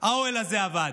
האוהל הזה עבד.